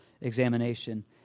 examination